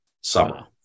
summer